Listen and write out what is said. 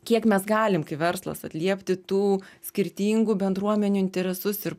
kiek mes galim kaip verslas atliepti tų skirtingų bendruomenių interesus ir